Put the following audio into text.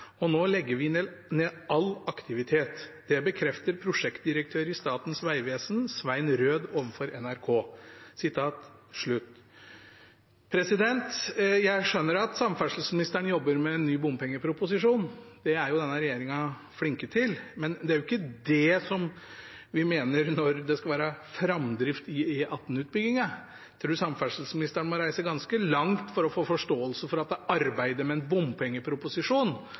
og nå legger vi ned all aktivitet. Det bekrefter prosjektdirektør i Statens vegvesen, Svein Røed, overfor NRK.» Jeg skjønner at samferdselsministeren jobber med en ny bompengeproposisjon – det er jo denne regjeringen flink til – men det er ikke det vi mener med framdrift i E18-utbyggingen. Samferdselsministeren må reise ganske langt for å få forståelse for at det er arbeidet med en